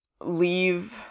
leave